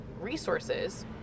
resources